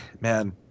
Man